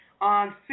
on